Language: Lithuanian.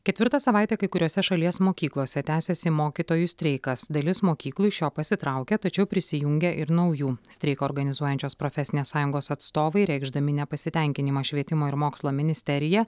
ketvirtą savaitę kai kuriose šalies mokyklose tęsiasi mokytojų streikas dalis mokyklų iš jo pasitraukia tačiau prisijungia ir naujų streiką organizuojančios profesinės sąjungos atstovai reikšdami nepasitenkinimą švietimo ir mokslo ministerija